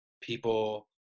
people